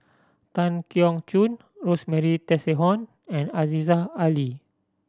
Tan Keong Choon Rosemary Tessensohn and Aziza Ali